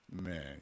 Man